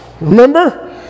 Remember